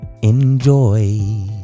Enjoy